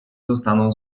zostaną